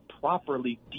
properly